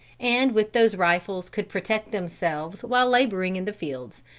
and with those rifles could protect themselves while laboring in the fields,